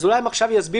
אז אולי הם עכשיו יסבירו.